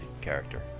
character